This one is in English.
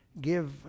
give